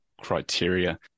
criteria